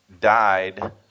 died